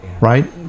Right